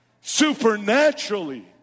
supernaturally